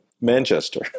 Manchester